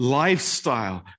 lifestyle